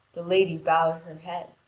the lady bowed her head,